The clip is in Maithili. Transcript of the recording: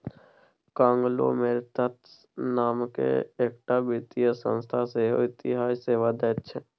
कांग्लोमेरेतट्स नामकेँ एकटा वित्तीय संस्था सेहो इएह सेवा दैत छै